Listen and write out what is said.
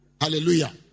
Hallelujah